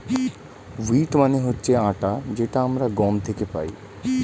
wheat মানে হচ্ছে আটা যেটা আমরা গম থেকে পাই